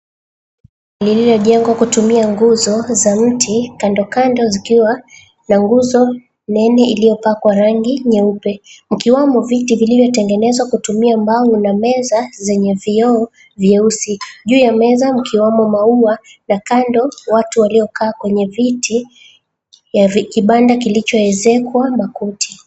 Lililojengwa kutumia nguzo za mti kando kando zikiwa na nguzo nene iliyopakwa rangi nyeupe mkiwemo viti vilivyotengenezwa kutumia mbao na meza zenye vyoo vyeusi. Juu ya meza mkiwemo maua na kando watu waliokaa kwenye viti ya kibanda kilichoezekwa makuti.